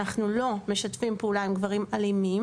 אנחנו לא משתפים פעולה עם גברים אלימים,